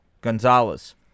Gonzalez